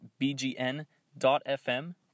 bgn.fm